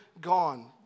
gone